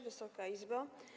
Wysoka Izbo!